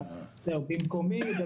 התחדשות עירונית זה בידיים פרטיות לחלוטין